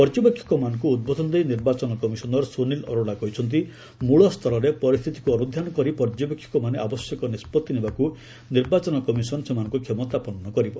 ପର୍ଯ୍ୟବେକ୍ଷକମାନଙ୍କୁ ଉଦ୍ବୋଧନ ଦେଇ ନିର୍ବାଚନ କମିଶନର୍ ସୁନିଲ୍ ଅରୋଡା କହିଛନ୍ତି ମ୍ବଳସ୍ତରରେ ପରିସ୍ଥିତିକୁ ଅନୁଧ୍ୟାନ କରି ପର୍ଯ୍ୟବେକ୍ଷକମାନେ ଆବଶ୍ୟକ ନିଷ୍ପଭି ନେବାକୁ ନିର୍ବାଚନ କମିଶନ୍ ସେମାନଙ୍କୁ କ୍ଷମତାପନ୍ନ କରିବ